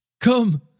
Come